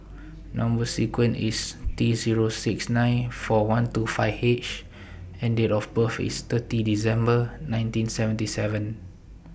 Number sequence IS T Zero six nine four one two five H and Date of birth IS thirty December nineteen seventy seven